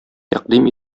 тәкъдим